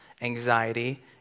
anxiety